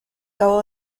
cabo